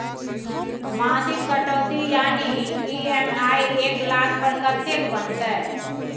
मासिक कटौती यानी ई.एम.आई एक लाख पर कत्ते के बनते?